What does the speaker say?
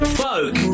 folk